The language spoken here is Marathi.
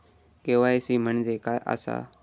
के.वाय.सी म्हणजे काय आसा?